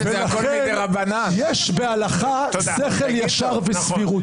--- לכן יש בהלכה שכל ישר וסבירות.